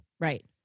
Right